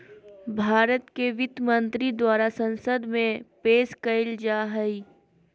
भारत के वित्त मंत्री द्वारा संसद में पेश कइल जा हइ